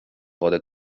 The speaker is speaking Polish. wodę